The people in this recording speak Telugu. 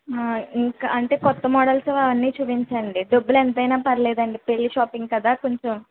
ఇంకా అంటే కొత్త మోడల్స్ అవన్ని చూపించండి డబ్బులు ఎంతైనా పర్వాలేదండి పెళ్ళి షాపింగ్ కదా కొంచెం